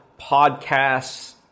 podcasts